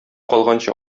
калганчы